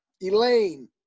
Elaine